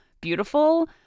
beautiful